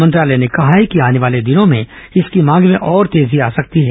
मंत्रालय ने कहा है कि आने वाले दिनों में इसकी मांग में और तेजी आ सकती है